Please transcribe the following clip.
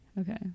okay